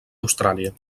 austràlia